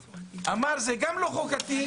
אמר גם שזה לא חוקתי,